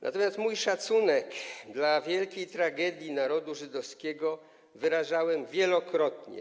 Natomiast mój szacunek dla wielkiej tragedii narodu żydowskiego wyrażałem wielokrotnie.